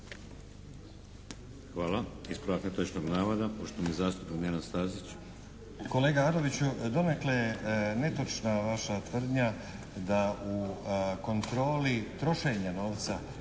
Hvala. Ispravak netočnog navoda, poštovani zastupnik Nenad Stazić. **Stazić, Nenad (SDP)** Kolega Arloviću, donekle je netočna vaša tvrdnja da u kontroli trošenja novca